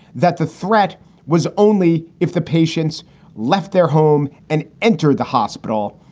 that the threat was only if the patients left their home and entered the hospital.